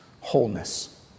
wholeness